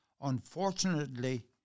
Unfortunately